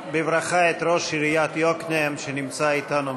חברי הכנסת, נא לשבת.